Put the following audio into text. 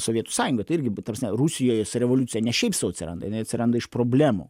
sovietų sąjunga tai irgi ta prasme rusijoj revoliucija ne šiaip sau atsiranda jinai atsiranda iš problemų